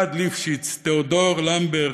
גד ליפשיץ, תיאודור למברג,